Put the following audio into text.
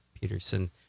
Peterson